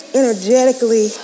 energetically